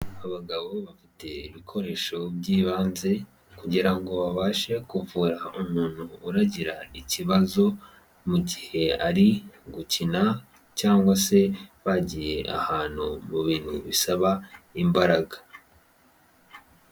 Abagabo bafite ibikoresho by'ibanze kugira ngo babashe kuvura umuntu uragira ikibazo mu gihe ari gukina cyangwa se bagiye ahantu mu bintu bisaba imbaraga.